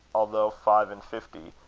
although five-and-fifty,